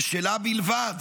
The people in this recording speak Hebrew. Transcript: ושלה בלבד.